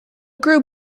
group